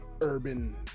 urban